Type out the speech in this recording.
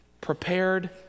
Prepared